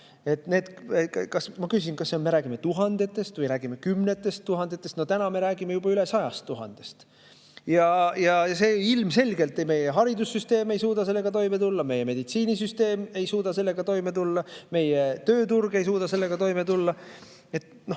Ma küsisin, kas me räägime tuhandetest või räägime kümnetest tuhandetest. Täna me räägime juba üle sajast tuhandest. Ilmselgelt ei suuda meie haridussüsteem sellega toime tulla, meie meditsiinisüsteem ei suuda sellega toime tulla, meie tööturg ei suuda sellega toime tulla.